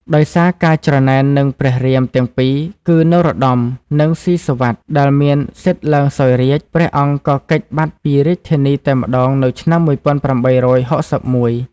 ដោយសារការច្រណែននឹងព្រះរាមទាំងពីរគឺនរោត្តម និងស៊ីសុវត្ថិ ដែលមានសិទ្ធិឡើងសោយរាជ្យ ព្រះអង្គក៏គេចបាត់ពីរាជធានីតែម្ដងនៅឆ្នាំ ១៨៦១។